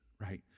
right